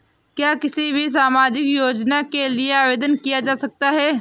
क्या किसी भी सामाजिक योजना के लिए आवेदन किया जा सकता है?